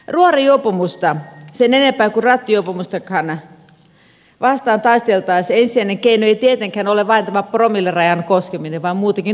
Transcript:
ruorijuopumusta sen enempää kuin rattijuopumustakaan vastaan taisteltaessa ensisijainen keino ei tietenkään ole vain tämä promillerajaan koskeminen vaan muutakin tulisi olla